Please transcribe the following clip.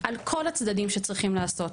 על כל הצדדים שצריכים לעשות.